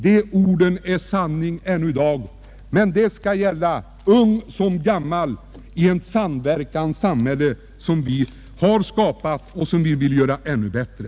De orden är sanning även i dag, men de skall gälla ung som gammal i ett samverkande samhälle som vi har skapat och vill göra ännu bättre.